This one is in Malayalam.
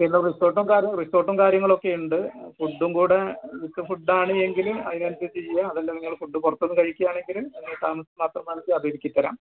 പിന്നെ റിസോർട്ടും കാറും റിസോർട്ടും കാര്യങ്ങളുമൊക്കെ ഉണ്ട് ഫുഡ്ഡും കൂടി വിത്ത് ഫുഡ്ഡാണ് എങ്കിൽ അതിനനുസരിച്ച് ചെയ്യാം അതല്ല നിങ്ങൾ ഫുഡ്ഡ് പുറത്തു നിന്ന് കഴിക്കുകയാണെങ്കിൽ താമസം മാത്രമാണെങ്കിൽ അതൊരുക്കിത്തരാം